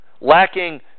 Lacking